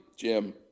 Jim